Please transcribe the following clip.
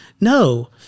no